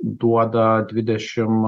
duoda dvidešim